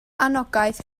anogaeth